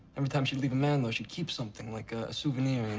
every time she'd leave a man, though, she'd keep something, like a souvenir. and